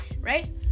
right